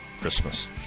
Christmas